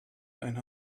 eine